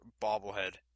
bobblehead